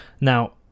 Now